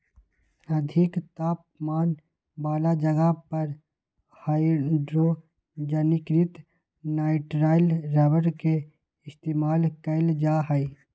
अधिक तापमान वाला जगह पर हाइड्रोजनीकृत नाइट्राइल रबर के इस्तेमाल कइल जा हई